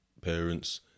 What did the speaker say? parents